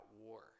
war